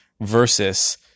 versus